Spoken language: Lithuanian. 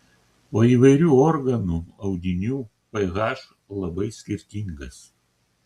o įvairių organų audinių ph labai skirtingas